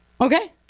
Okay